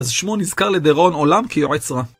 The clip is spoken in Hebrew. אז שמו נזכר לדראון עולם כיועץ רע.